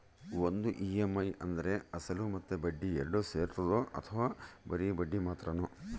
ಒಂದು ಇ.ಎಮ್.ಐ ಅಂದ್ರೆ ಅಸಲು ಮತ್ತೆ ಬಡ್ಡಿ ಎರಡು ಸೇರಿರ್ತದೋ ಅಥವಾ ಬರಿ ಬಡ್ಡಿ ಮಾತ್ರನೋ?